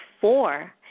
four